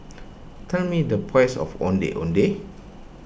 tell me the price of Ondeh Ondeh